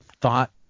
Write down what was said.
thought